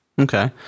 Okay